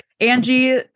Angie